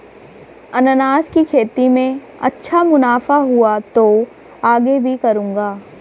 अनन्नास की खेती में अच्छा मुनाफा हुआ तो आगे भी करूंगा